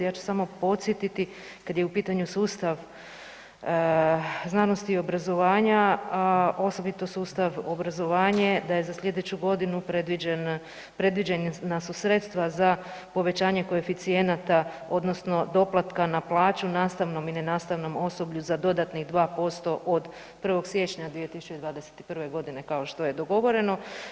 Ja ću samo podsjetiti kad je u pitanju sustav znanosti i obrazovanja, osobito sustav obrazovanje da je za slijedeću godinu predviđen, predviđena su sredstva za povećanje koeficijenata odnosno doplatka na plaću nastavnom i ne nastavnom osoblju za dodatnih 2% od 1. siječnja 2021.g. kao što je dogovoreno.